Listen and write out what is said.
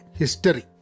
history